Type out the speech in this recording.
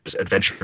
adventure